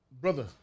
Brother